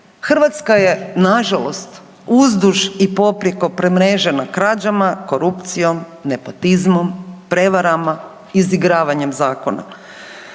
Hrvatska je nažalost uzduž i poprijeko premrežena krađama, korupcijom, nepotizmom, prevarama izigravanjem zakona.